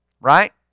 right